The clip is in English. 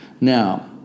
Now